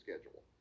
schedule